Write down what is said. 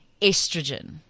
Estrogen